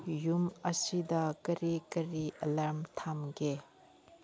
ꯌꯨꯝ ꯑꯁꯤꯗ ꯀꯔꯤ ꯀꯔꯤ ꯑꯦꯂꯥꯔꯝ ꯊꯝꯕꯒꯦ